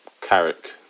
Carrick